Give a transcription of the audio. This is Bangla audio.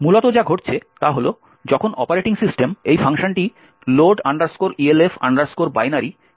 মূলত যা ঘটছে তা হল যখন অপারেটিং সিস্টেম এই ফাংশনটি load elf binary চালু করে